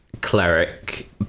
cleric